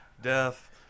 death